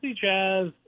jazz